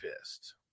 pissed